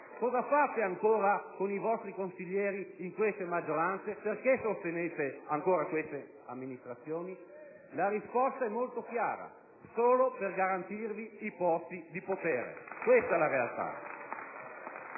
cosa fate ancora con i vostri consiglieri in queste maggioranze? Perché sostenete ancora queste amministrazioni? La risposta è molto chiara: solo per garantirvi i posti di potere. Questa è la realtà!